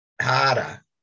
harder